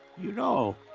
you know,